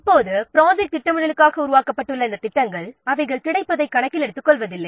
இப்போது இந்த ப்ரொஜெக்ட் திட்டமிடலுக்காக உருவாக்கப்பட்டுள்ளத் திட்டங்கள் S கிடைப்பதை கணக்கில் எடுத்துக்கொள்வதில்லை